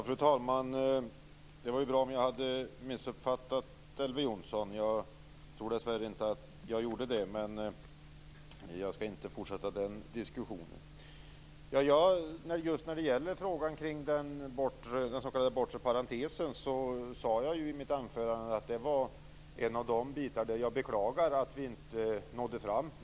Fru talman! Det var ju bra om jag hade missuppfattat Elver Jonsson. Jag tror dessvärre inte att jag gjorde det, men jag skall inte fortsätta den diskussionen. Jag sade i mitt anförande att frågan om den bortre parentesen var en av de bitar där jag beklagar att vi inte nådde fram.